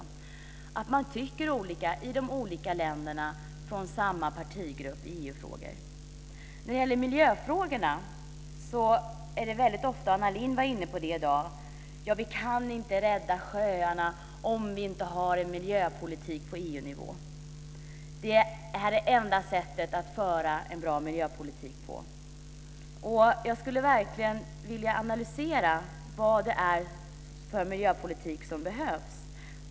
Samma partigrupp tycker olika i de olika länderna i EU När det gäller miljöfrågorna får man ofta höra att vi inte kan rädda sjöarna om vi inte har en miljöpolitik på EU-nivå, och Anna Lindh var också inne på det i dag. Det är det enda sättet att föra en bra miljöpolitik på. Jag skulle verkligen vilja analysera vilken miljöpolitik som behövs.